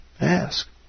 ask